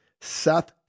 Seth